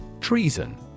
Treason